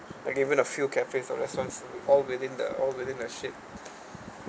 but given a few cafes or restaurant all within the all within a ship